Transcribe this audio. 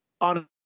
on